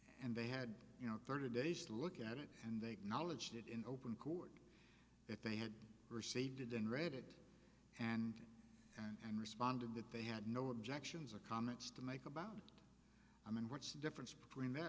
and they had you know thirty days to look at it and the knowledge that in open court if they had received and read it and and responded that they had no objections or comments to make about i mean what's the difference between that